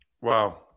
Wow